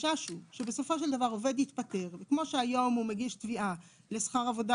החשש הוא שבסופו של דבר עובד יתפטר וכמו שהיום הוא מגיש תביעה לשכר עבודה